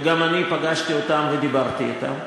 וגם אני פגשתי אותם ודיברתי אתם,